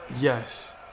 Yes